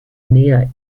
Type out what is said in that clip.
nea